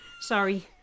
Sorry